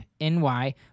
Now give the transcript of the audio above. NY